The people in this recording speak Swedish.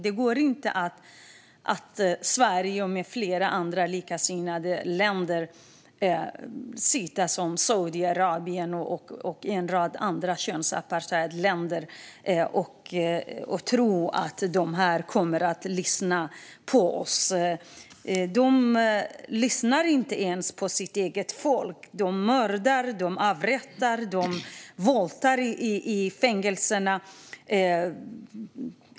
Sverige med flera likasinnade länder ska inte sitta tillsammans med Saudiarabien och en rad andra könsapartheidländer och tro att de kommer att lyssna på oss. De lyssnar inte ens på sitt eget folk. De mördar, de avrättar och de våldtar i fängelserna.